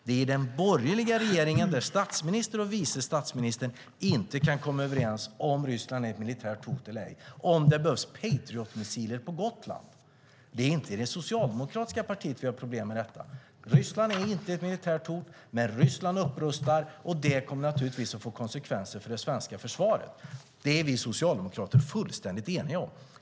Det är i den borgerliga regeringen som statsministern och vice statsministern inte kan komma överens om huruvida Ryssland är ett militärt hot eller ej och om det behövs patriotmissiler på Gotland. Det är inte i det socialdemokratiska partiet vi har problem med detta. Ryssland är inte ett militärt hot. Men Ryssland upprustar, och det kommer naturligtvis att få konsekvenser för det svenska försvaret. Detta är vi socialdemokrater fullständigt eniga om.